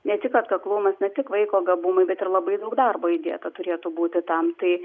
ne tik atkaklumas ne tik vaiko gabumai bet ir labai daug darbo įdėta turėtų būti tam tai